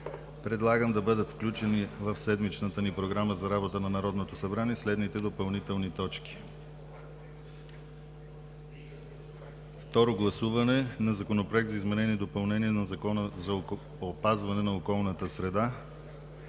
предлагам да бъдат включени в седмичната програма за работата на Народно събрание следните допълнителни точки: Второ гласуване на Законопроект за изменение и допълнение на Закона за опазване на околната среда.